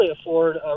afford